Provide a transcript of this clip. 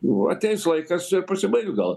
nu ateis laikas pasibaigs gal